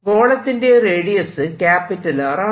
ഗോളത്തിന്റെ radius R ആണ്